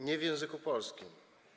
Nie w języku polskim.